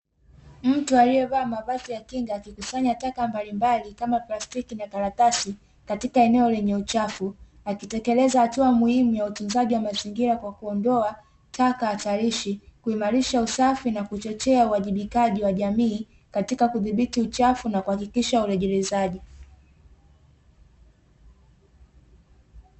Mtu aliyevaa mavazi ya kinga akikusanya taka mbalimbali kama plastiki na karatasi katika eneo lenye uchafu, akitekeleza hatua muhimu ya utunzaji wa mazingira kwa kuondoa taka hatarishi kuimarisha usafi na kuchochea uwajibikaji wa jamii katika kudhibiti uchafu na kuhakikisha urejelezaji.